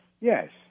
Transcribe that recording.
yes